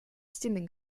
стены